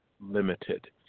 limited